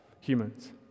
humans